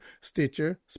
stitcher